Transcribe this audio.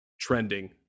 trending